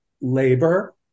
labor